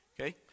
okay